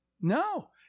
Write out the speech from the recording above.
No